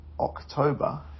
October